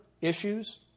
issues